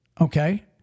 Okay